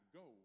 go